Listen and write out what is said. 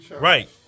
Right